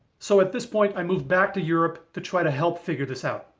so at this point i moved back to europe to try to help figure this out.